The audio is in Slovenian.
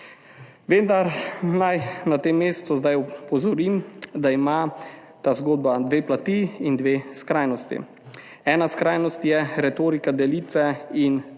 Vendar naj na tem mestu zdaj opozorim, da ima ta zgodba dve plati in dve skrajnosti. Ena skrajnost je retorika delitve in je